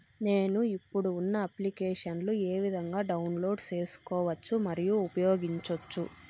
నేను, ఇప్పుడు ఉన్న అప్లికేషన్లు ఏ విధంగా డౌన్లోడ్ సేసుకోవచ్చు మరియు ఉపయోగించొచ్చు?